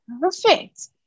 perfect